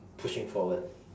pushing forward